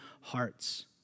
hearts